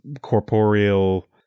corporeal